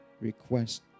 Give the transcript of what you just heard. request